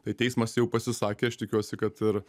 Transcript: tai teismas jau pasisakė aš tikiuosi kad ir